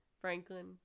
Franklin